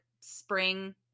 spring